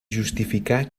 justificar